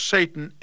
Satan